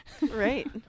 Right